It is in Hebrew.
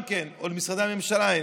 לבנק או למשרדי הממשלה אין.